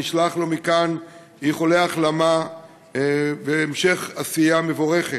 נשלח לו מכאן איחולי החלמה והמשך עשייה מבורכת.